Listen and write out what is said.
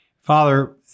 Father